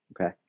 okay